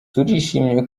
turishimye